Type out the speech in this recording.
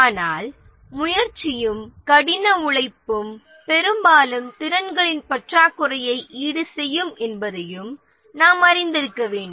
ஆனால் முயற்சியும் கடின உழைப்பும் பெரும்பாலும் திறன்களின் பற்றாக்குறையை ஈடுசெய்யும் என்பதையும் நாம் அறிந்திருக்க வேண்டும்